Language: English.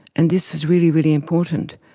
and this is really, really important.